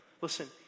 Listen